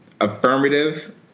affirmative